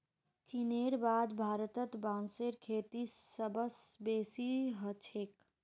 चीनेर बाद भारतत बांसेर खेती सबस बेसी ह छेक